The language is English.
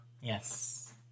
Yes